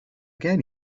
gen